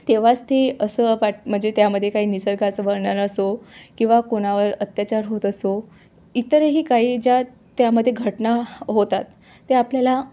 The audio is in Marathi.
तेव्हाच ते असं पाठ म्हणजे त्यामदे काही निसर्गाचं वर्णन असो किंवा कोणावर अत्याचार होत असो इतरही काही ज्या त्यामध्ये घटना होतात ते आपल्याला